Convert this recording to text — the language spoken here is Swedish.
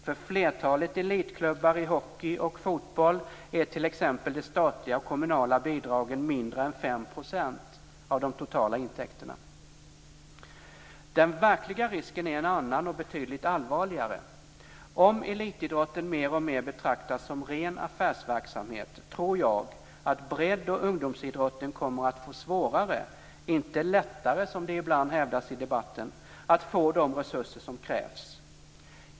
För flertalet elitklubbar i hockey och fotboll utgör t.ex. de statliga och kommunala bidragen mindre än fem procent av de totala intäkterna. Den verkliga risken är en annan och betydligt allvarligare. Om elitidrotten mer och mer betraktas som ren affärsverksamhet tror jag att bredd och ungdomsidrotten kommer att få svårare - inte lättare som det ibland hävdas i debatten - att få de resurser som krävs.